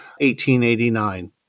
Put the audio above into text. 1889